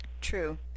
true